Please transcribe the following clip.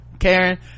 Karen